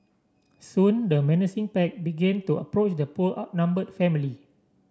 soon the menacing pack begin to approach the poor outnumbered family